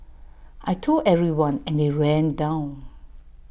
I Told everyone and they ran down